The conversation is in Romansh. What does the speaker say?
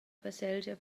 baselgia